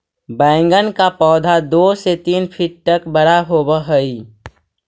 बैंगन का पौधा दो से तीन फीट तक बड़ा होव हई